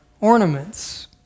ornaments